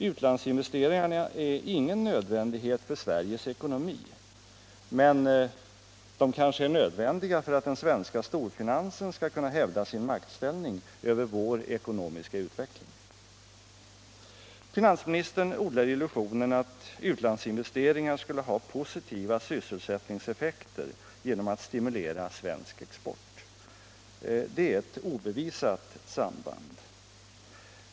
Utlandsinvesteringarna är ingen nödvändighet för Sveriges ekonomi, men de kanske är nödvändiga för att den svenska storfinansen skall kunna hävda sin maktställning över vår ekonomiska utveckling. Finansministern odlar illusionen att utlandsinvesteringar skulle ha positiva sysselsättningseffekter genom att stimulera svensk export. Det är ett obevisat samband.